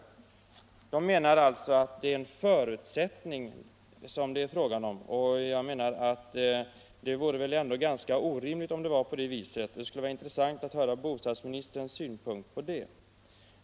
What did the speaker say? Man menar alltså att detta är en förutsättning. Jag anser att det vore ganska orimligt om det vore på det viset. Det skulle vara intressant att höra bostadsministerns synpunkt på det.